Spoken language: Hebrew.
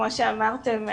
כמו שאמרתם,